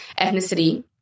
Ethnicity